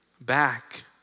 back